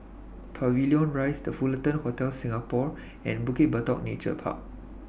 Pavilion Rise The Fullerton Hotel Singapore and Bukit Batok Nature Park